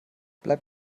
bleib